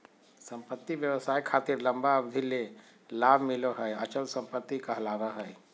संपत्ति व्यवसाय खातिर लंबा अवधि ले लाभ मिलो हय अचल संपत्ति कहलावय हय